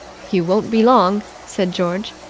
you won't be long! said george.